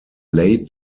late